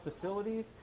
facilities